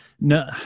No